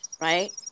right